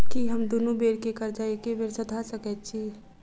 की हम दुनू बेर केँ कर्जा एके बेर सधा सकैत छी?